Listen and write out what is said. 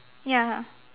ya